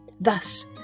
Thus